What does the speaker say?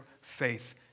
faith